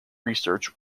research